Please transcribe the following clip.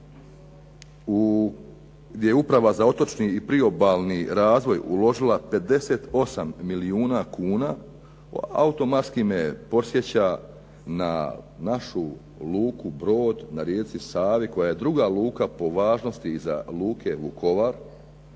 gdje je upravo za otočni i priobalni razvoj uložila 58 milijuna kuna automatski me podsjeća na našu luku, brod na rijeci Savi koja je druga luka po važnosti i za luke Vukovar